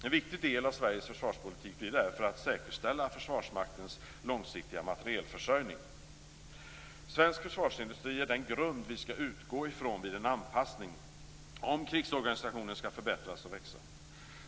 En viktig del av Sveriges försvarspolitik blir därför att säkerställa Försvarsmaktens långsiktiga materielförsörjning. Svensk försvarsindustri är den grund vi skall utgå från vid en anpassning, om krigsorganisationen skall förbättras och växa.